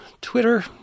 Twitter